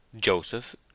Joseph